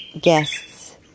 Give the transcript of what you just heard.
guests